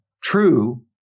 true